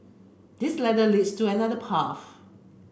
this ladder leads to another path